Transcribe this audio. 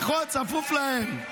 נכון, צפוף להם.